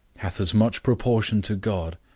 hath as much proportion to god,